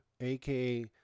AKA